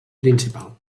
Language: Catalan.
principal